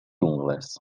ungles